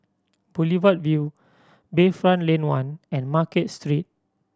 Boulevard Vue Bayfront Lane One and Market Street